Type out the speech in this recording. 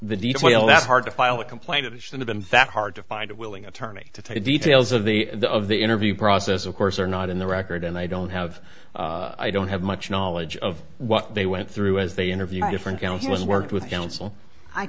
the detail that's hard to file a complaint of some of them that hard to find a willing attorney to take details of the the of the interview process of course are not in the record and i don't have i don't have much knowledge of what they went through as they interview different county was worked with counsel i